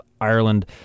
ireland